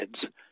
kids